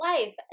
life